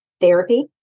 therapy